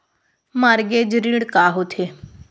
Mortgage ऋण का होथे?